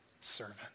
servant